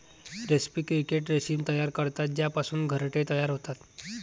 रेस्पी क्रिकेट रेशीम तयार करतात ज्यापासून घरटे तयार होतात